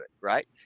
right